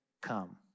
come